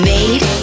Made